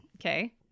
Okay